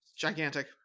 gigantic